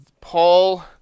Paul